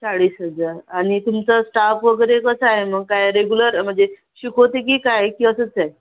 चाळीस हजार आणि तुमचं स्टाफ वगैरे कसा आहे मग काय रेग्युलर म्हणजे शिकवते की काय की असंच आहे